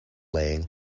laying